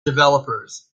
developers